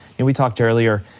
and we talked earlier,